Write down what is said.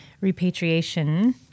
repatriation